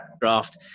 Draft